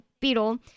beetle